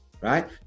right